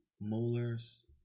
molars